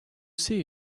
see